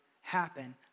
happen